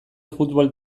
futbol